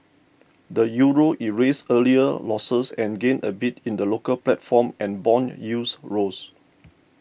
the Euro erased earlier losses and gained a bit in the local platform and bond use rose